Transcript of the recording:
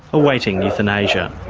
awaiting euthanasia.